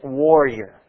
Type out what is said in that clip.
warrior